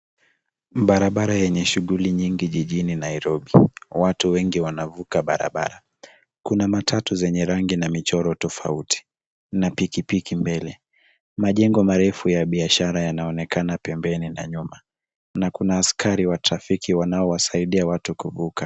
Barabara yenye shughuli nyingi jiji Nairobi, watu wengi wanavuka barabara. Kuna matatu zenye rangi na michoro tofauti na piki piki mbele, majengo marefu ya biashara yanaonekana pembeni na nyuma na kuna askari wa trafiki wanaowasaidia watu kuvuka.